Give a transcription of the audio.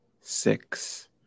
six